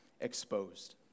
exposed